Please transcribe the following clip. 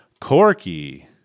Corky